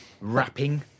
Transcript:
rapping